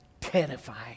terrifying